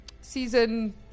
season